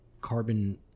carbon